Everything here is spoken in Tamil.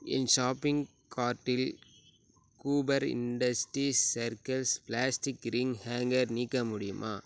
என் ஷாப்பிங் கார்ட்டில் Cooper industries circles plastic cling hanger நீக்க முடியுமா